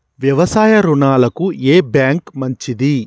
వ్యవసాయ రుణాలకు ఏ బ్యాంక్ మంచిది?